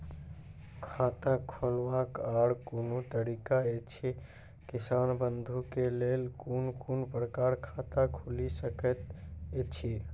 खाता खोलवाक आर कूनू तरीका ऐछि, किसान बंधु के लेल कून कून प्रकारक खाता खूलि सकैत ऐछि?